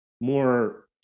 more